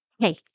Hey